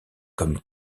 comme